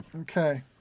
Okay